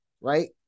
right